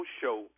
show